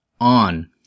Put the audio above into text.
On